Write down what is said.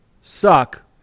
suck